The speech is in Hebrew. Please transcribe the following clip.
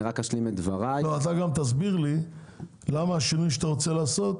גם תסביר לי למה השינוי שאתה רוצה לעשות,